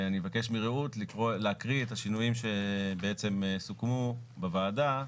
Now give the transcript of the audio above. אני אבקש מרעות להקריא את השינויים שבעצם סוכמו בוועדה,